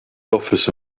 office